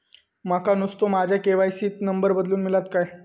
माका नुस्तो माझ्या के.वाय.सी त नंबर बदलून मिलात काय?